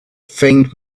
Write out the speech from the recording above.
faint